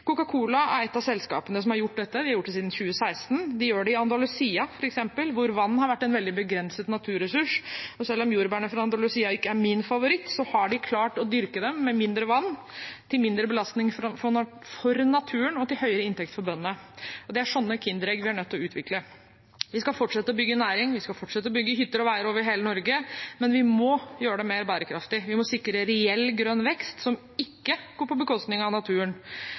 er et av selskapene som har gjort dette. De har gjort det siden 2016. De gjør de i Andalucia, f.eks., hvor vann har vært en veldig begrenset naturressurs. Selv om jordbærene fra Andalucia ikke er min favoritt, har de klart å dyrke dem med mindre vann, til mindre belastning for naturen, og til høyere inntekt for bøndene. Det er sånne kinderegg vi er nødt til å utvikle. Vi skal fortsette å bygge næring, og vi skal fortsette å bygge hytter og veier over hele Norge, men vi må gjøre det mer bærekraftig. Vi må sikre reell grønn vekst som ikke går på bekostning av naturen,